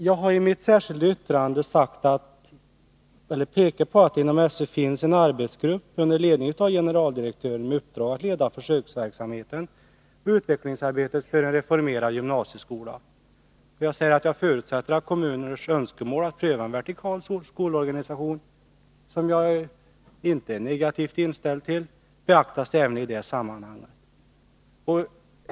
Jag har i mitt särskilda yttrande pekat på att det inom SÖ finns en arbetsgrupp under ledning av generaldirektören med uppdrag att leda försöksverksamheten och utvecklingsarbetet för en reformerad gymnasieskola och jag säger att jag förutsätter att kommuners önskemål att pröva en vertikal skolorganisation, som jag inte är negativt inställd till, beaktas även i det sammanhanget.